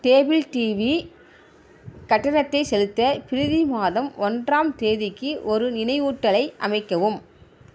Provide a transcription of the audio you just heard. cable TV கட்டணத்தை செலுத்த பிரதி மாதம் ஒன்றாம் தேதிக்கு ஒரு நினைவூட்டலை அமைக்கவும்